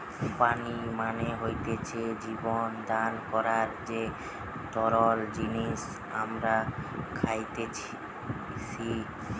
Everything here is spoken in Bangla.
পানি মানে হতিছে জীবন দান করার যে তরল জিনিস আমরা খাইতেসি